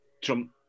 Trump